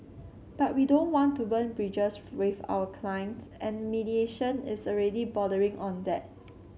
but we don't want to burn bridges with our clients and mediation is already bordering on that